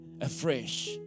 afresh